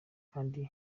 kandi